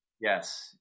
yes